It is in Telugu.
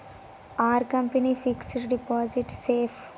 Are company fixed deposit safe?